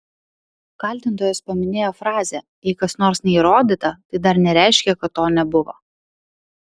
kaltintojas paminėjo frazę jei kas nors neįrodyta tai dar nereiškia kad to nebuvo